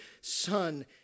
son